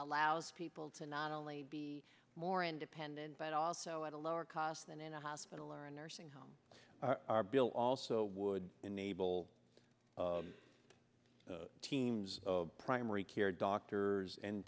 allows people to not only be more independent but also at a lower cost than in a hospital or a nursing home our bill also would enable teams of primary care doctors